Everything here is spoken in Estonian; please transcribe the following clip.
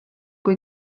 kui